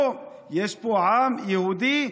יש פה העם יהודי,